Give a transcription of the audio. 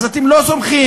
אז אתם לא סומכים.